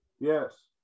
Yes